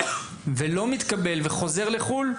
ולא מתקבל וחוזר לחו"ל,